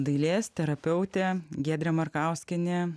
dailės terapeutė giedrė markauskienė